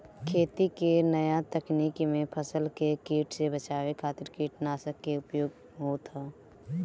खेती के नया तकनीकी में फसल के कीट से बचावे खातिर कीटनाशक के उपयोग होत ह